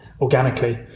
organically